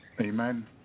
Amen